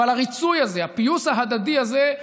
אבל הריצוי הזה, הפיוס ההדדי הזה,